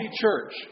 church